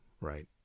right